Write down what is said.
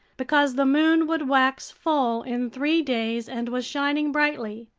because the moon would wax full in three days and was shining brightly.